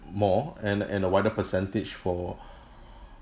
more and and a wider percentage for